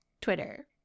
Twitter